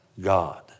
God